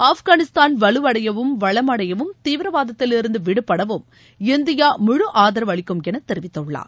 ஆப்கானிஸ்தான் வலுவடையவும் வளமடையவும் தீவிரவாதத்திலிருந்து விடுபடவும் இஇந்தியா முழு ஆதரவு அளிக்கும் என தெரிவித்துள்ளார்